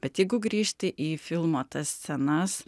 bet jeigu grįžti į filmo tas scenas